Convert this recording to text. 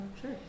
Sure